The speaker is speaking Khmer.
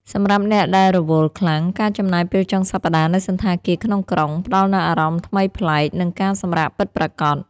សម្រាប់អ្នកដែលរវល់ខ្លាំង ការចំណាយពេលចុងសប្តាហ៍នៅសណ្ឋាគារក្នុងក្រុង ផ្ដល់នូវអារម្មណ៍ថ្មីប្លែក និងការសម្រាកពិតប្រាកដ។